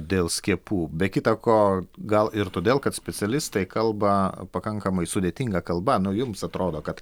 dėl skiepų be kita ko gal ir todėl kad specialistai kalba pakankamai sudėtinga kalba nu jums atrodo kad